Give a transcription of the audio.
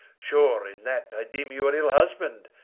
sure in that i deeme you an ill husband,